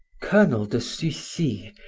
colonel de sucy.